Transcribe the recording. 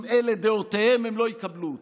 אם אלה דעותיהם, הם לא יקבלו אותם.